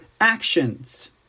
actions